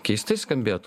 keistai skambėtų